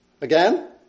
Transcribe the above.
again